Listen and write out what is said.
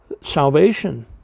salvation